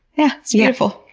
yeah it's beautiful.